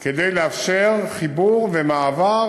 כדי לאפשר חיבור ומעבר,